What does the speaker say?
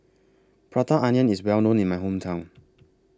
Prata Onion IS Well known in My Hometown